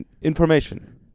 information